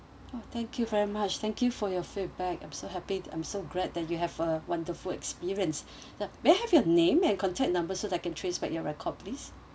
oh thank you very much thank you for your feedback I'm so happy I'm so glad that you have a wonderful experience that may I have your name and contact number so that I can trace back your record please